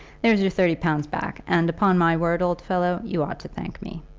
there's your thirty pounds back, and, upon my word, old fellow, you ought to thank me.